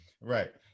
Right